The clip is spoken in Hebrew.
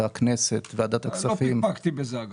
אגב, אני לא פקפקתי בזה.